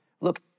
look